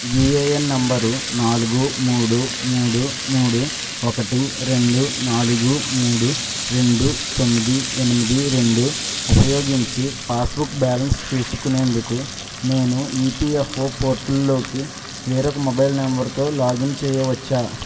UAN number నాలుగు మూడు మూడు మూడు ఒకటి రెండు నాలుగు మూడు రెండు తొమ్మిది ఎనిమిది రెండు ఉపయోగించి పాస్బుక్ బ్యాలన్స్ చూసుకునేందుకు నేను ఈపీఎఫ్ఓ పోర్టల్లోకి వేరొక మొబైల్ నంబరుతో లాగిన్ చేయవచ్చా